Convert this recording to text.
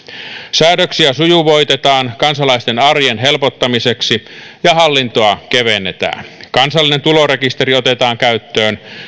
säädöksiä sujuvoitetaan kansalaisten arjen helpottamiseksi ja hallintoa kevennetään kansallinen tulorekisteri otetaan käyttöön